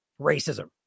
racism